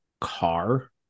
car